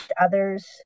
others